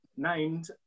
Named